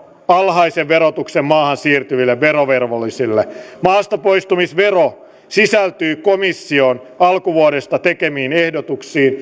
alhaisen verotuksen maahan siirtyville verovelvollisille maastapoistumisvero sisältyy komission alkuvuodesta tekemiin ehdotuksiin